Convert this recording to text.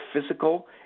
physical